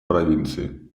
провинции